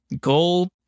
gold